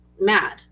mad